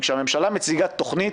כשהממשלה מציגה תכנית,